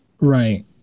Right